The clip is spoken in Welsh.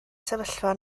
sefyllfa